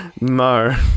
No